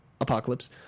Apocalypse